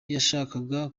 yashakaga